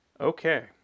okay